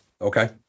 Okay